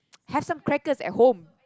have some crackers at home